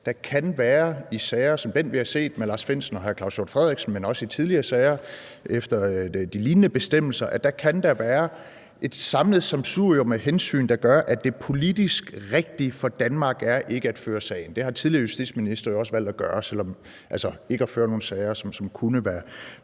fra ministeren. I sager som den, vi har set med hr. Lars Findsen og hr. Claus Hjort Frederiksen, men også i tidligere sager efter de lignende bestemmelser, kan der være et sammensurium af hensyn, der gør, at det politisk rigtige for Danmark er ikke at føre sagen. Det har tidligere justitsministre jo også valgt at gøre, altså ikke at føre nogle sager, som kunne være